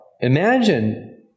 imagine